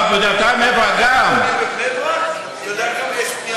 אתה יודע כמה בנייה בבני ברק יש עכשיו?